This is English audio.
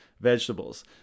vegetables